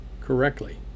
correctly